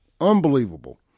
Unbelievable